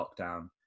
lockdown